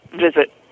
visit